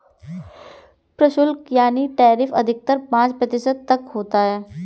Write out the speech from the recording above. प्रशुल्क यानी टैरिफ अधिकतर पांच प्रतिशत तक होता है